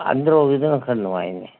ꯑꯟꯗ꯭ꯔꯣꯒꯤꯗꯨꯅ ꯈꯔ ꯅꯨꯡꯉꯥꯏꯅꯦ